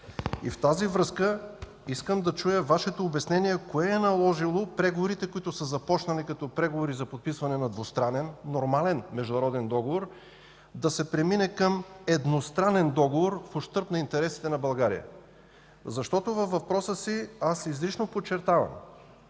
В тази връзка искам да чуя Вашето обяснение – кое е наложило преговорите, които са започнали като преговори за подписване на двустранен, нормален международен договор, да преминат към едностранен договор, в ущърб интересите на България? Защото във въпроса си аз изрично подчертавам